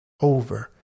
over